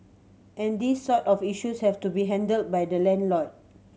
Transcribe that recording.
and these sort of issues have to be handled by the landlord